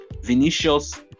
Vinicius